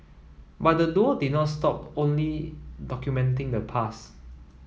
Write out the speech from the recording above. but the duo did not stop only documenting the past